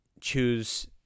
choose